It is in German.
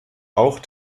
auch